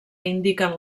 indiquen